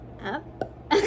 up